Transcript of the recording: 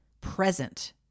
present